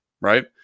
right